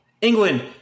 England